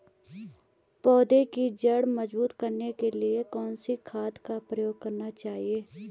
पौधें की जड़ मजबूत करने के लिए कौन सी खाद का प्रयोग करना चाहिए?